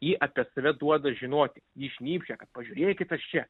ji apie save duoda žinoti ji šnypščia kad pažiūrėkit aš čia